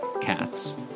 Cats